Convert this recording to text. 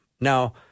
Now